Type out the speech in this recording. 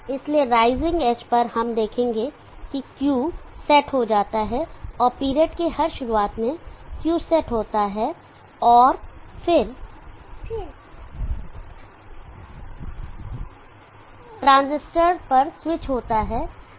इसलिए rising edge पर हम देखेंगे कि Q सेट हो जाता है और पीरियड के हर शुरुआत में Q सेट होता है और फिर ट्रांजिस्टर पर स्विच होता है